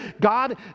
God